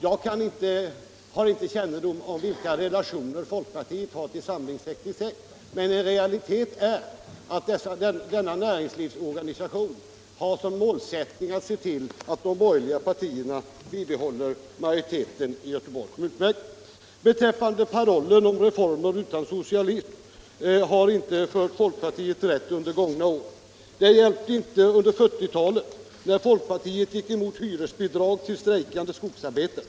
Jag har ingen kännedom om vilka relationer folkpartiet har till Samling 66, men en realitet är att denna näringslivsorganisation har som målsättning att se till att de borgerliga partierna bibehåller majoriteten i Göteborgs kommunfullmäktige. Parollen om reformer utan socialism har inte fört folkpartiet rätt under de gångna åren. Den hjälpte inte under 1940-talet, när folkpartiet gick emot hyresbidrag till strejkande skogsarbetare.